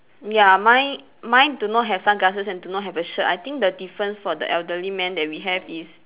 ya mine mine do not have sunglasses and do not have a shirt I think the difference for the elderly man that we have is